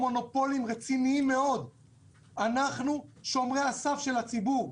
אנחנו שומרי הסף של הציבור.